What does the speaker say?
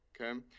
okay